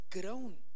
grown